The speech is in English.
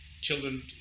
children